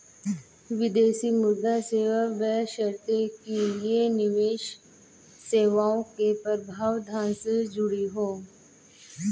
विदेशी मुद्रा सेवा बशर्ते कि ये निवेश सेवाओं के प्रावधान से जुड़ी हों